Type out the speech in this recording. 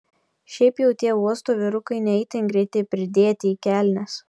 šiaip jau tie uosto vyrukai ne itin greiti pridėti į kelnes